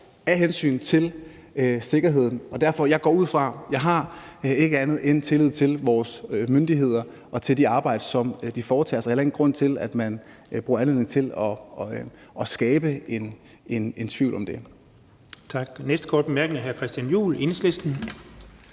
af hensyn til sikkerheden, og jeg har derfor ikke andet end tillid til vores myndigheder og til det arbejde, som de foretager. Så der er heller ingen grund til, at man bruger anledningen til at skabe en tvivl om det.